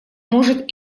может